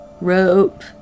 rope